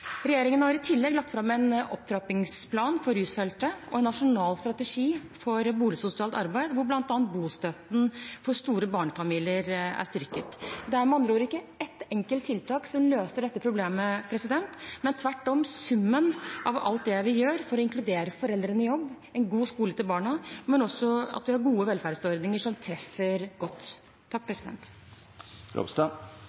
Regjeringen har i tillegg lagt fram en opptrappingsplan for rusfeltet og en nasjonal strategi for boligsosialt arbeid, hvor bl.a. bostøtten til store barnefamilier er styrket. Det er med andre ord ikke ett enkelt tiltak som løser dette problemet, men – tvert om – summen av alt det vi gjør for å inkludere foreldrene i jobb, gi en god skole til barna, men også at vi har gode velferdsordninger som treffer godt. Takk